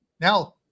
now